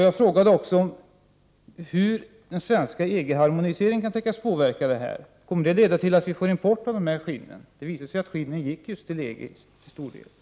Jag frågade också hur den svenska EG-harmoniseringen kan tänkas påverka situationen. Kommer den att leda till att vi får import av de här skinnen? Det har ju visat sig att skinnen till stor del gick just till EG.